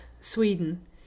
Sweden